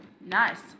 nice